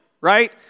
right